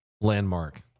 Landmark